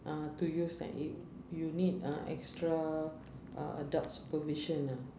ah to use an i~ you need a extra uh adult supervision ah